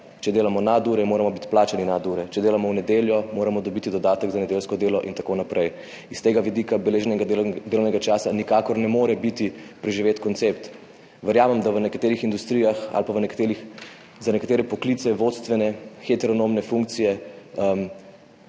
Če delamo nadure, moramo biti plačani za nadure, če delamo v nedeljo, moramo dobiti dodatek za nedeljsko delo in tako naprej. S tega vidika beleženje delovnega časa nikakor ne more biti preživet koncept. Verjamem, da v nekaterih industrijah ali pa za nekatere poklice, vodstvene, heteronomne funkcije,